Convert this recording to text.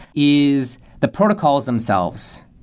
is the protocols themselves.